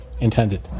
intended